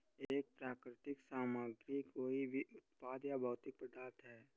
एक प्राकृतिक सामग्री कोई भी उत्पाद या भौतिक पदार्थ है